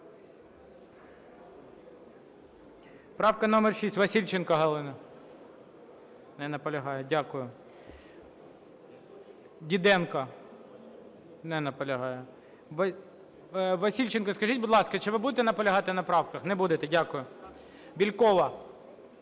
Правка номер 6, Васильченко Галина. Не наполягає. Дякую. Діденко. Не наполягає. Васильченко, скажіть, будь ласка, чи ви будете наполягати на правках? Не будете. Дякую. Бєлькова,